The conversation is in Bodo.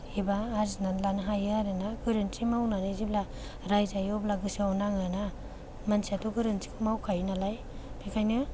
एबा आर्जिना लानो हायो आरोना गोरोन्थि मावनानै जेब्ला रायजायो अब्ला गोसोआव नाङो ना मानसियाथ' गरोन्थिखौ मावखायो नालाय बेखायनो